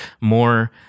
more